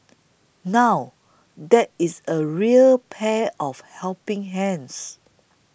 now that is a real pair of helping hands